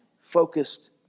focused